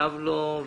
שכתב לי והתקשר